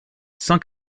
cent